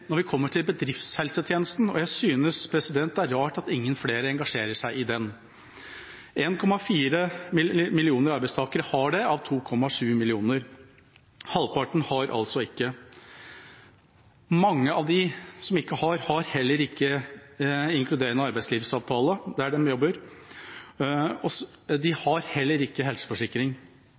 når det kommer til bedriftshelsetjenesten, og jeg synes det er rart at ingen flere engasjerer seg i den. 1,4 millioner av 2,7 millioner arbeidstakere har det. Halvparten har altså ikke det. Mange av dem som ikke har, har heller ikke inkluderende arbeidsliv-avtale der de jobber. De har heller ikke helseforsikring.